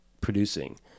producing